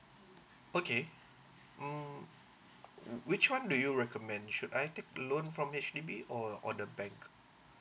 okay um mm which one do you recommend should I take the loan from H_D_B or or the bank